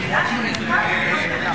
השאלה שלי היא, עם כל הכבוד לממשלה,